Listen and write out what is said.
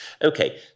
Okay